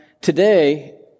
today